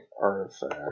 artifact